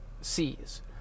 sees